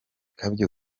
kandi